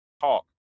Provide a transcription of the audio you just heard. talk